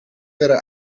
verder